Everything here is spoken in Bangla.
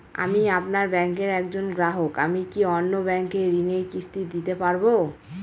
আমি আপনার ব্যাঙ্কের একজন গ্রাহক আমি কি অন্য ব্যাঙ্কে ঋণের কিস্তি দিতে পারবো?